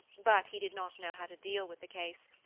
but he did not know how to deal with the case,